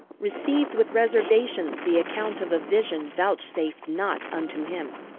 received with reservations the account of a vision vouchsafed not unto him.